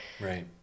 right